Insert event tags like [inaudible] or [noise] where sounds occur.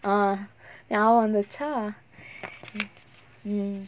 uh ஞாபகம் வந்துச்சா:nyabagam vanthuchaa [breath] mm